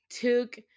took